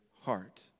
heart